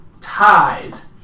ties